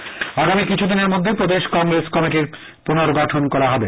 কংগ্রেস আগামী কিছু দিনের মধ্যে প্রদেশ কংগ্রেস কমিটির পুনর্গঠন করা হবে